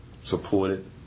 supported